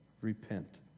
repent